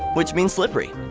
which means slippery.